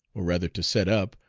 or rather to set up,